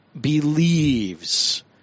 believes